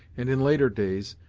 and, in later days,